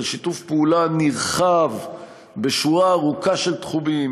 של שיתוף פעולה נרחב בשורה ארוכה של תחומים,